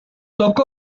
tocó